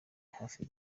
hafi